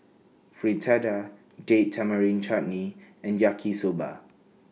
Fritada Date Tamarind Chutney and Yaki Soba